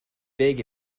big